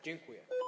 Dziękuję.